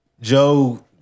Joe